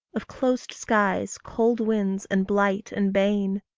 of closed skies, cold winds, and blight and bane!